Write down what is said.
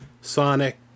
Sonic